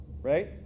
Right